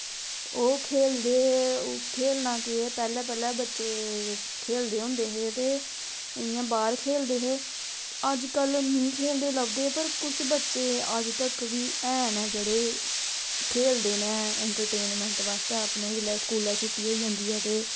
ओह् खेलदे खेलना केह् पैह्लैं पैह्लैं बच्चे खेलदे होंदे हे ते इ'यां बाह्र खेलदे हे अजकल नी खेलदे लभदे पर कुछ बच्चे अज तक बी हैन नै जेह्ड़े खेलदे नै इन्टरटेंन आस्तै अपनै जिल्लै स्कूलैं छुट्टी होई जंदी ऐ ते